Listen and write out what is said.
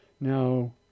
Now